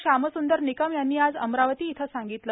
श्यामसुंदर निकम यांनी आज अमरावती इथं सांगितले